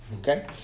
Okay